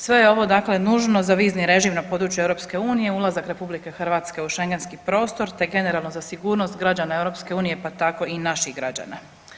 Sve je ovo dakle nužno za vizni režim na području EU, ulazak RH u schengenski prostor te generalno za sigurnost građana EU pa tako i naših građana.